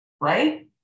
right